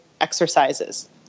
exercises